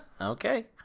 Okay